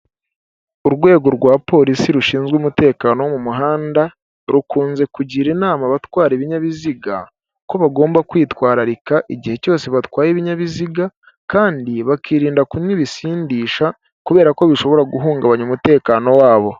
Urwego rwa polisi rushinzwe umutekano wo mu muhanda rukunze kugira inama abatwara ibinyabiziga ko bagomba kwitwararika igihe cyose batwaye ibinyabiziga kandi bakirinda kunywa ibisindisha kubera ko bishobora guhungabanya umutekano wabo.